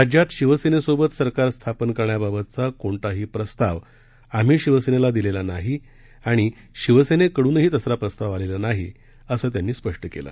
राज्यात शिवसेनेसोबत सरकार स्थापन करण्याबाबतचा कोणताही प्रस्ताव आम्ही शिवसेनेला दिलेला नाही आणि शिवसेनेकडूनही तसा प्रस्ताव आलेला नाही असं त्यांनी स्पष्ट केलं